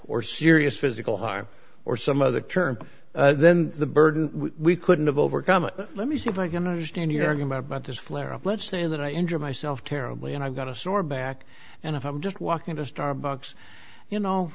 or serious physical harm or some other term then the burden we couldn't have overcome it let me see if i can understand your argument but this flare up let's say that i injure myself terribly and i've got a sore back and if i'm just walking to starbucks you know